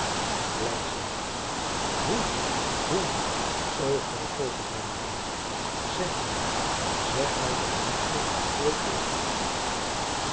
oe hoe o gij foltert mij zeg mij zeg mij ten minste hoe het is